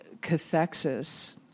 cathexis